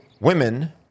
women